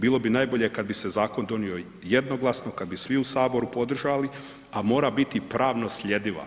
Bilo bi najbolje kada bi se zakon donio jednoglasno, kad bi svi u saboru podržali, a mora biti pravno slijediva.